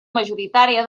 majoritària